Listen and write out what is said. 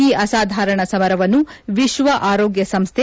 ಈ ಅಸಾಧಾರಣ ಸಮರವನ್ನು ವಿಶ್ವ ಆರೋಗ್ಯ ಸಂಸ್ಥೆ